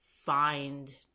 find